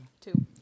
Two